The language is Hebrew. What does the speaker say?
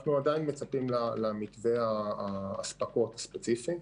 אנחנו עדיין מצפים למתווה האספקה הספציפי,